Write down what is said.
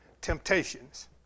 temptations